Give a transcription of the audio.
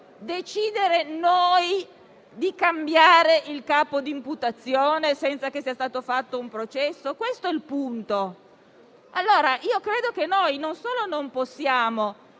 decidere noi di cambiare il capo di imputazione, senza che sia stato fatto un processo? Questo è il punto. Io credo che noi, non solo non possiamo,